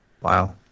wow